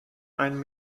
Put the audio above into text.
ein